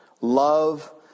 Love